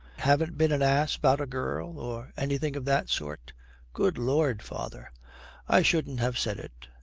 haven't been an ass about a girl or anything of that sort good lord, father i shouldn't have said it.